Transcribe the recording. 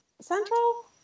Central